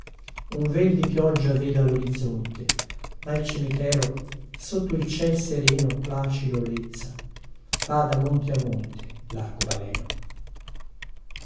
un vel di pioggia vela lorizzonte ma il cimitero sotto il ciel sereno placido olezza va da monte a monte larcobaleno